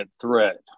threat